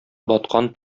баткан